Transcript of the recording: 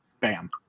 Bam